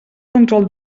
control